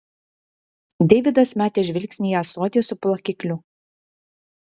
deividas metė žvilgsnį į ąsotį su plakikliu